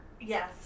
Yes